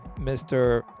Mr